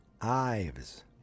Ives